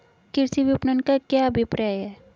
कृषि विपणन का क्या अभिप्राय है?